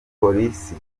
polisi